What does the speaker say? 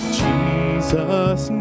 jesus